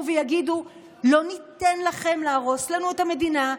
ויגידו: לא ניתן לכם להרוס לנו את המדינה,